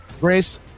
Grace